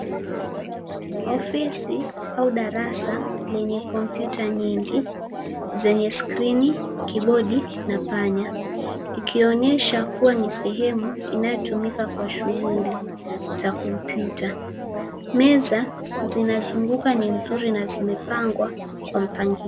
Ofisi au darasa lenye kompyuta nyingi, zenye skrini, kibodi na panya. Ikionyesha kuwa ni sehemu inayotumika kwa shughuli za kompyuta. Meza zinazunguka ni nzuri na zimepangwa kwa mpangilio.